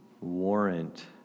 warrant